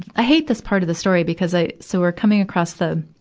i hate this part of the story, because i so we're coming across the,